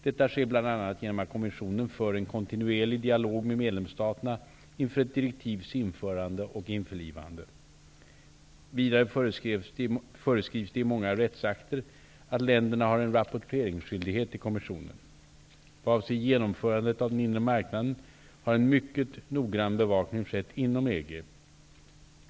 Detta sker bl.a. genom att kommissionen för en kontinuerlig dialog med medlemsstaterna inför ett direktivs införande och införlivande. Vidare föreskrivs det i många rättsakter att länderna har en rapporteringsskyldighet till kommissionen. Vad avser genomförandet av den inre marknaden har en mycket noggrann bevakning skett inom EG.